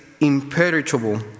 imperishable